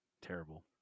Terrible